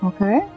Okay